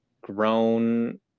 grown